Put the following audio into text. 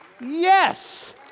Yes